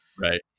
Right